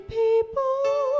people